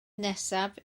nesaf